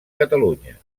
catalunya